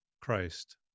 Christ